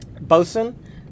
Bosun